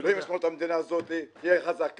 ואלוהים ישמור את המדינה הזאת שתהיה חזקה.